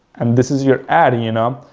and this is your ad and, you know,